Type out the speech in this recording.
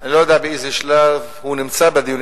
אני לא יודע באיזה שלב הוא נמצא בדיונים